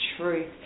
truth